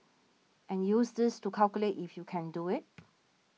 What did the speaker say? and use this to calculate if you can do it